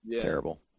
terrible